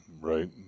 right